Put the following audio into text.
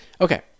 Okay